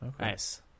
Nice